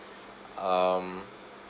um